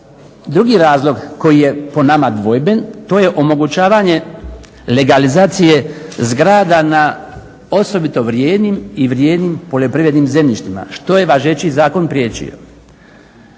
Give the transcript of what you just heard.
Drugi razlog koji je po nama dvojben to je omogućavanje legalizacije zgrada na osobito vrijednim i vrijednim poljoprivrednim zemljištima što je važeći zakon priječio.